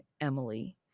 Emily